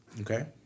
Okay